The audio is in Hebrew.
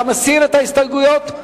אתה מסיר את ההסתייגויות?